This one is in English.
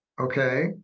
Okay